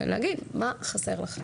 ולהגיד מה חסר לכם.